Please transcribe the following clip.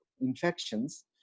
infections